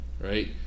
right